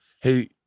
hey